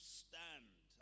stand